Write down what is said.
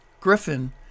griffin